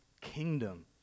kingdom